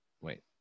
Wait